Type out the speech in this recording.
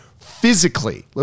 physically